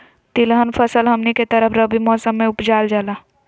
तिलहन फसल हमनी के तरफ रबी मौसम में उपजाल जाला